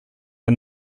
are